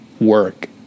work